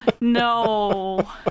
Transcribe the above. No